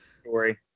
Story